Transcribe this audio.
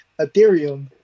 Ethereum